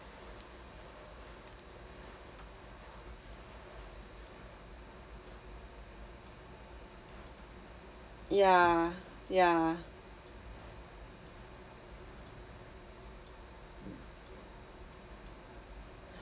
yeah yeah